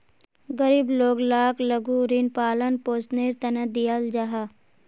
गरीब लोग लाक लघु ऋण पालन पोषनेर तने दियाल जाहा